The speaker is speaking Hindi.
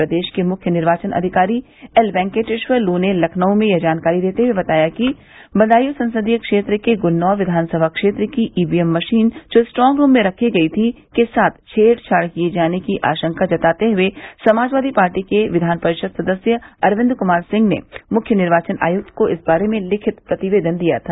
प्रदेश के मुख्य निर्वाचन अधिकारी एल वेंकटेश्वर लू ने लखनऊ में यह जानकारी देते हुए बताया कि बदायू संसदीय क्षेत्र के गुन्नौर विधानसभा क्षेत्र की ईवीएम मशीन जो स्ट्रांग रूम में रखी गई थी के साथ छेड़छाड़ किये जाने की आशंका जताते हए समाजवादी पार्टी के विधान परिषद सदस्य अरविन्द क्मार सिंह ने मुख्य निर्वाचन आयुक्त को इस बारे में लिखित प्रतिवेदन दिया था